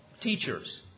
Teachers